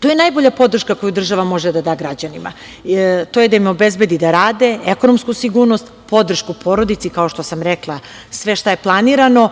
to je najbolja podrška koju država može da da građanima, a to je da im obezbede da rade, ekonomsku sigurnost, podršku porodici, kao što sam rekla šta je planirano.